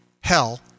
hell